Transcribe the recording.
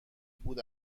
بود